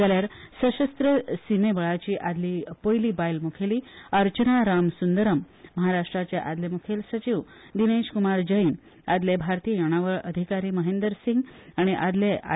जाल्यार सशस्त्र शीमे बळाची आदली पयली बायल मुखेली अर्चना राम सुंदरम महाराष्ट्राचे आदले मुखेल सचिव दिनेश कुमार जैन आदले भारतीय येणावळ अधिकारी महेंदर सिंग आनी आदले आय